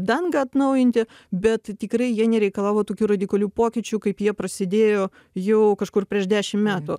dangą atnaujinti bet tikrai jie nereikalavo tokių radikalių pokyčių kaip jie prasidėjo jau kažkur prieš dešim metų